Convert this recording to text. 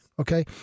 okay